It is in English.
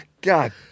God